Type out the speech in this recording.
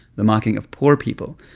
the mocking of poor people.